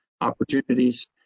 opportunities